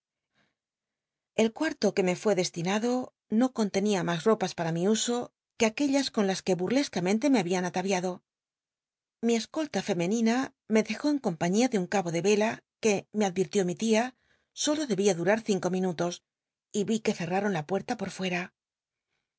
el cuarto que me fué destinado no con tenia mas opas para mi uso que aquellas con que bul'lcscamcntc me habían ataviado mi escolta femen ina me dejó n compañia de un cabo de vela que me advirtió mi lia solo debia durar cinc minutos y vi que ccl'l'aron la puerta por fuca